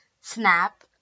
SNAP